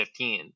2015